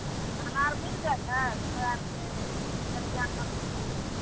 खाना आओर मिल जेतै हमरा आरके मे